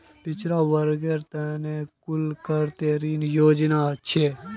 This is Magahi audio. पिछड़ा वर्गेर त न कुल कत्ते ऋण योजना छेक